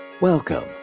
Welcome